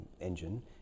engine